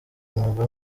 mwuga